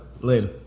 Later